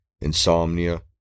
Insomnia